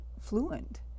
fluent